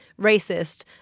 racist